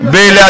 לטרור,